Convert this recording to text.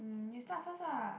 mm you start first uh